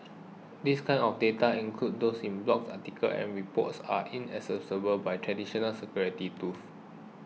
this kind of data including those in blogs articles and reports are inaccessible by traditional security tools